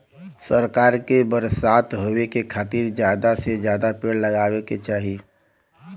सरकार के बरसात होए के खातिर जादा से जादा पेड़ लगावे के चाही